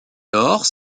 lors